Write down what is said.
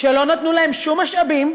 ולא נתנו להם שום משאבים,